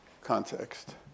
context